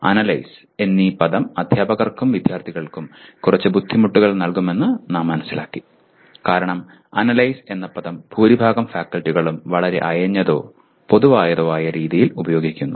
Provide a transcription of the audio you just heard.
analyse എന്ന പദം അധ്യാപകർക്കും വിദ്യാർത്ഥികൾക്കും കുറച്ച് ബുദ്ധിമുട്ടുകൾ നൽകുമെന്ന് നമ്മൾ മനസ്സിലാക്കി കാരണം അനലൈസ് എന്ന പദം ഭൂരിഭാഗം ഫാക്കൽറ്റികളും വളരെ അയഞ്ഞതോ പൊതുവായതോ ആയ രീതിയിൽ ഉപയോഗിക്കുന്നു